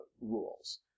rules